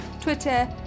Twitter